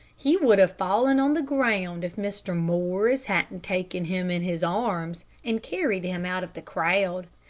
he would have fallen on the ground if mr. morris hadn't taken him in his arms, and carried him out of the crowd.